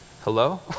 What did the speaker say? hello